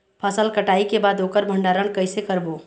फसल कटाई के बाद ओकर भंडारण कइसे करबो?